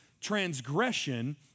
transgression